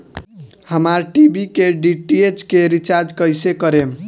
हमार टी.वी के डी.टी.एच के रीचार्ज कईसे करेम?